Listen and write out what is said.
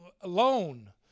alone